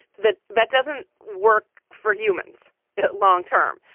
that that doesn't work for humans long term.